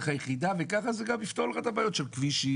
היחידה וכך זה גם יפתור לך את הבעיות של כבישים,